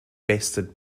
bested